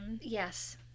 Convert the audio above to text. Yes